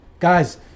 Guys